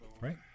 Right